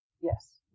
Yes